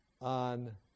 on